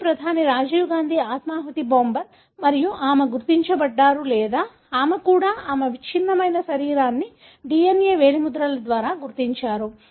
మాజీ ప్రధాని రాజీవ్ గాంధీ ఆత్మాహుతి బాంబర్ మరియు ఆమె గుర్తించబడ్డారు లేదా ఆమె కూడా ఆమె విచ్ఛిన్నమైన శరీరాన్ని DNA వేలిముద్రల ద్వారా గుర్తించారు